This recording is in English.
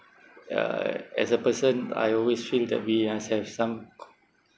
uh as a person I always feel that we must have some